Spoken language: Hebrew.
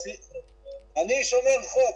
אני שומר חוק.